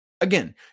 Again